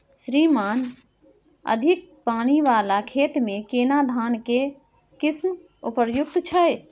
श्रीमान अधिक पानी वाला खेत में केना धान के किस्म उपयुक्त छैय?